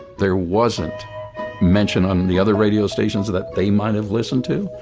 there wasn't mention on the other radio stations that they might have listened to.